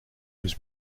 was